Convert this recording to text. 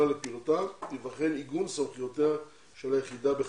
לפעילותה ייבחן איגום סמכויותיה של היחידה בחסותה.